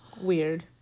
weird